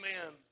Amen